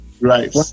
Right